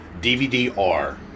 DVD-R